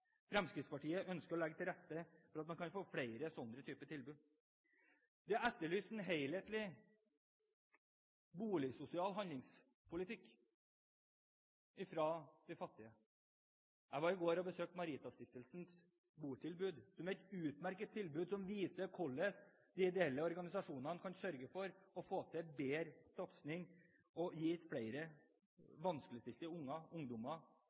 Fremskrittspartiet ønsker å legge til rette for at man kan få flere sånne tilbud. Det er etterlyst en helhetlig boligsosial handlingspolitikk fra de fattige. Jeg var i går og besøkte Maritastiftelsens botilbud, som er et utmerket tilbud som viser hvordan de ideelle organisasjonene sørger for å få til en bedre satsing og gi flere vanskeligstilte ungdommer